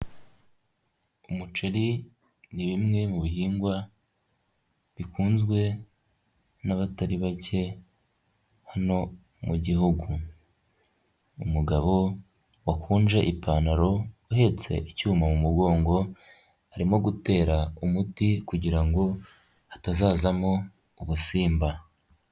Umuceri ni bimwe mu bihingwa bikunzwe na batari bake hano mu gihugu, umugabo wakunje ipantaro uhetse icyuma mu mugongo arimo gutera umuti kugira ngo hatazazamo ubusimba.